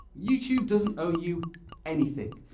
youtube doesn't owe you anything.